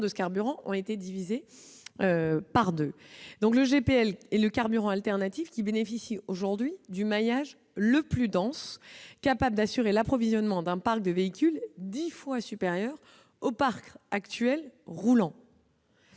de ce carburant ont été divisées par deux. Le GPL est le carburant alternatif qui bénéficie aujourd'hui du maillage le plus dense, capable d'assurer l'approvisionnement d'un parc de véhicules dix fois supérieur au parc roulant